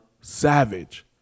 savage